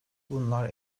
bunlar